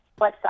website